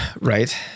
Right